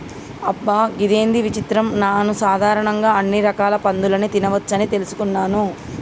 అబ్బ గిదేంది విచిత్రం నాను సాధారణంగా అన్ని రకాల పందులని తినవచ్చని తెలుసుకున్నాను